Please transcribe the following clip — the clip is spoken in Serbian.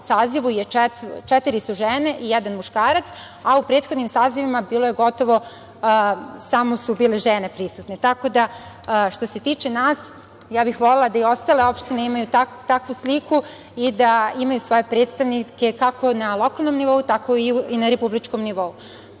sazivu četiri su žene i jedan muškarac, a u prethodnim sazivima gotovo samo žene su bile prisutne, tako da, što se tiče nas, ja bih volela da i ostale opštine imaju takvu sliku i da imaju svoje predstavnike kako na lokalnom nivou, tako i na republičkom. Sa